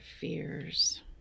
fears